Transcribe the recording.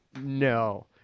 No